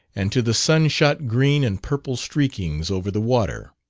and to the sun-shot green and purple streakings over the water.